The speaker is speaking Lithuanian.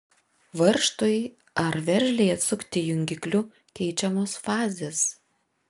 varžtui ar veržlei atsukti jungikliu keičiamos fazės